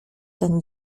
ten